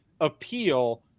appeal